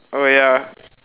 oh ya